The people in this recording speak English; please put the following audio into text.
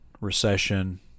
recession